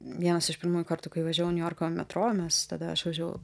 vienas iš pirmųjų kartų kai važiavau niujorko metro mes tada aš važiavau